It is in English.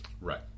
Right